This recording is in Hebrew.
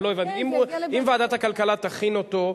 אבל לא הבנתי: אם ועדת הכלכלה תכין אותו,